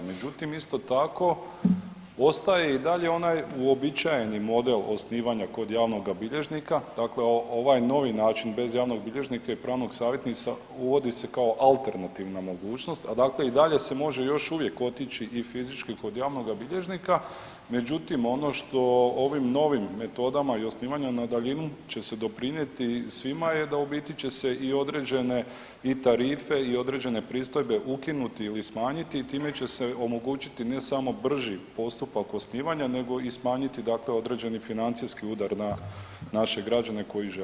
Međutim isto tako ostaje i dalje onaj uobičajeni model osnivanja kod javnoga bilježnika, dakle ovaj novi način bez javnog bilježnika i pravnog savjetnika uvodi se kao alternativna mogućost, a dakle i dalje se može još uvijek otići i fizički kod javnoga bilježnika, međutim ono što ovim novim metodama i osnivanja na daljinu će se doprinijeti svima je da u biti će se i određene i tarife i određene pristojbe ukinuti ili smanjiti i time će se omogućiti ne samo brži postupak osnivanja nego i smanjiti dakle određeni financijski udar na naše građane koji žele osnovati.